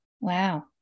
Wow